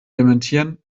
dementieren